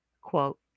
Quote